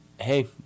Hey